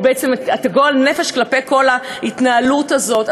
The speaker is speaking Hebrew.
או בעצם את גועל הנפש כלפי כל ההתנהלות הזאת.